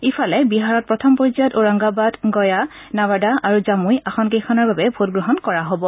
ইফালে বিহাৰত প্ৰথম পৰ্যায়ত ওৰাংগাবাদ গয়া নাৱাদা আৰু জামুই আসন কেইখনৰ বাবে ভোটগ্ৰহণ কৰা হ'ব